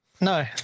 No